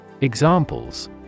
Examples